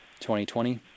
2020